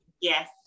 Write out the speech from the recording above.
Yes